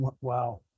Wow